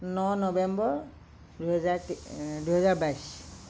ন November দুহেজাৰ দুহেজাৰ বাইছ